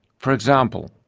for example,